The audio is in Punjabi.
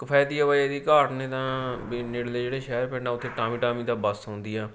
ਕਿਫਾਇਤੀ ਆਵਾਜਾਈ ਦੀ ਘਾਟ ਨੇ ਤਾਂ ਵੀ ਨੇੜਲੇ ਜਿਹੜੇ ਸ਼ਹਿਰ ਪਿੰਡ ਆ ਉੱਥੇ ਟਾਂਵੀ ਟਾਂਵੀ ਤਾਂ ਬੱਸ ਆਉਂਦੀ ਆ